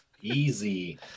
Easy